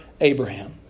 Abraham